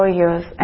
years